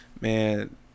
man